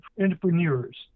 Entrepreneurs